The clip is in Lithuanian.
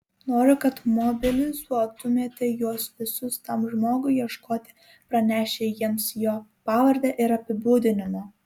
noriu kad mobilizuotumėte juos visus tam žmogui ieškoti pranešę jiems jo pavardę ir apibūdinimą